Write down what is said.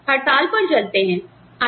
हम सब हड़ताल पर चलते हैं